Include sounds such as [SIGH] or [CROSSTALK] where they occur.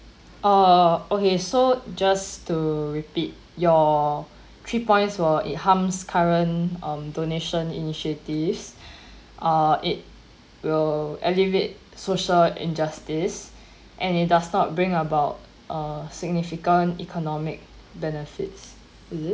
uh okay so just to repeat your three points while it harms current um donation initiatives [BREATH] uh it will alleviate social injustice [BREATH] and it does not bring about a significant economic benefits is it